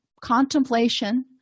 contemplation